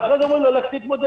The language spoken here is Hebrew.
ואחרי זה אומרים לו: לך תתמודד.